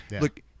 Look